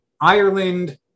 Ireland